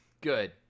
good